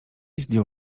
zdjął